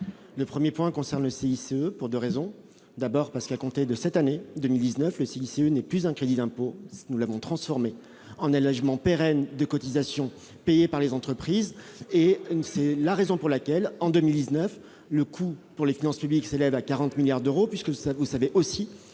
le 1er point concerne le CICE, pour 2 raisons : d'abord parce qu'à compter de cette année 2009, le CICE n'est plus un crédit d'impôt, nous l'avons transformé en logement pérenne des cotisations payées par les entreprises et c'est la raison pour laquelle, en 2009, le coût pour les finances publiques s'élève à 40 milliards d'euros puisque ça vous savez aussi